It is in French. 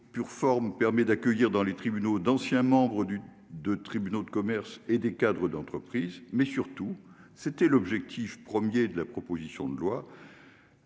pure forme permet d'accueillir dans les tribunaux d'anciens membres du de tribunaux de commerce et des cadres d'entreprise, mais surtout, c'était l'objectif 1er de la proposition de loi.